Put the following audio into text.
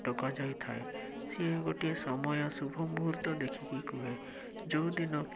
ଡ଼କାଯାଇଥାଏ ସେ ଗୋଟିଏ ସମୟ ଶୁଭ ମୁହୂର୍ତ୍ତ ଦେଖିକି କୁହେ ଯେଉଁ ଦିନ